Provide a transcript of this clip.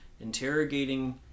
interrogating